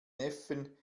neffen